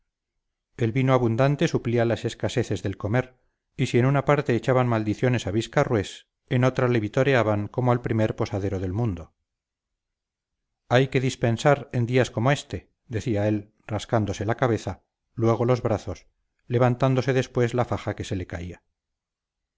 el vino abundante suplía las escaseces del comer y si en una parte echaban maldiciones a viscarrués en otra le vitoreaban como al primer posadero del mundo hay que dispensar en días como este decía él rascándose la cabeza luego los brazos levantándose después la faja que se le caía